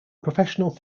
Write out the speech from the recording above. professional